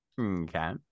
Okay